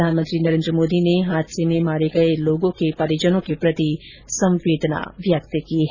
प्रधानमंत्री नरेन्द्र मोदी ने इस हादसे में मारे गए लोगों के प्रति संवेदना व्यक्त की है